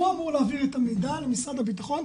הוא אמור להעביר את המידע למשרד הבטחון,